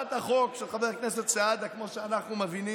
להצעת החוק של חבר הכנסת סעדה, כמו שאנחנו מבינים,